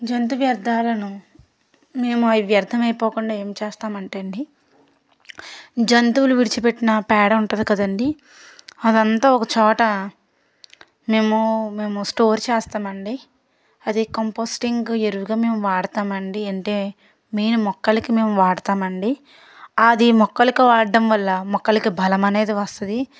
జంతువేర్థాలను మేము అవి వ్యర్థం అయిపోకుండా ఏం చేస్తామంటే అండి జంతువులు విడిచిపెట్టిన పేడ ఉంటుంది కదండి అదంతా ఒకచోట మేము మేము స్టోర్ చేస్తామండి అదే కంపోస్టింగ్ ఎరువులుగా మేము వాడతామండి అంటే మెయిన్ మొక్కలకి మేము వాడతాం అండి అది మొక్కలకు వాడడం వల్ల మొక్కలకి బలం అనేది వస్తుంది